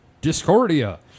Discordia